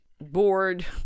bored